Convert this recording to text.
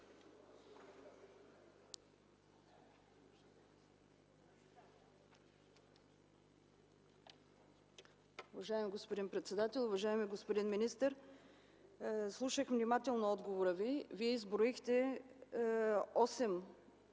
Уважаеми господин председател, уважаеми господин министър! Слушах внимателно отговора Ви. Вие изброихте осем